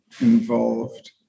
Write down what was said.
involved